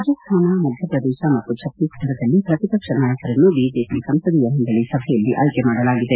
ರಾಜಸ್ಥಾನ ಮಧ್ಯಪ್ರದೇಶ ಮತ್ತು ಛತ್ತೀಸ್ಗಢದಲ್ಲಿ ಪ್ರತಿಪಕ್ಷ ನಾಯಕರನ್ನು ಬಿಜೆಪಿ ಸಂಸದೀಯ ಮಂಡಳಿ ಸಭೆಯಲ್ಲಿ ಆಯ್ಕೆ ಮಾಡಲಾಗಿದೆ